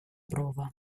prova